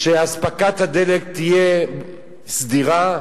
שאספקת הדלק תהיה סדירה.